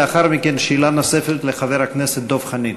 ולאחר מכן שאלה נוספת לחבר הכנסת דב חנין.